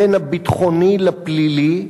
בין הביטחוני לפלילי,